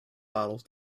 bottles